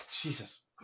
Jesus